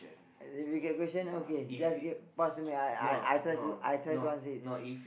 got question okay just get pass to me I I I try to I try to answer it